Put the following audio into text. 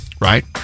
Right